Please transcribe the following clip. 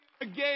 again